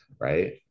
right